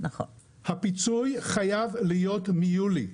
הפיצוי חייב להיות מיולי.